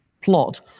plot